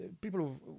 People